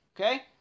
Okay